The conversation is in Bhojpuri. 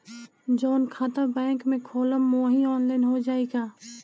जवन खाता बैंक में खोलम वही आनलाइन हो जाई का?